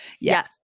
Yes